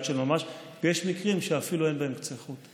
של ממש ויש מקרים שאפילו אין בהם קצה חוט.